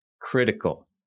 critical